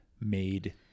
made